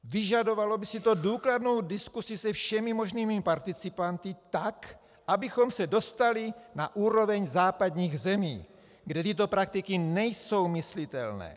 Vyžadovalo by si to důkladnou diskuzi se všemi možnými participanty, tak abychom se dostali na úroveň západních zemí, kde tyto praktiky nejsou myslitelné.